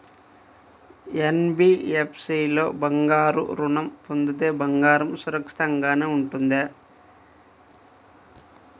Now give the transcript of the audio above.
NBFC లో బంగారు ఋణం పొందితే బంగారం సురక్షితంగానే ఉంటుందా?